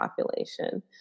population